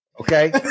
Okay